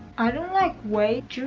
i don't like weights,